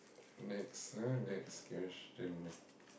next ah next question